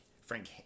Frank